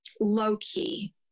low-key